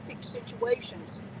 situations